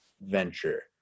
venture